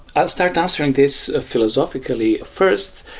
i'll start answering this philosophically first,